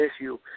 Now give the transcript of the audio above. issue